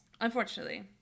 unfortunately